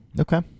Okay